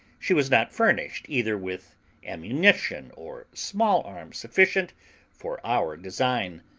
she was not furnished either with ammunition or small-arms sufficient for our design,